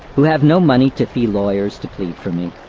who have no money to fee lawyers to plead for me.